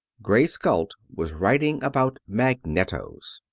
grace galt was writing about magnetos.